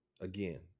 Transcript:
Again